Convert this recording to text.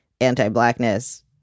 anti-blackness